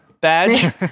badge